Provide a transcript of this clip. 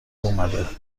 اومده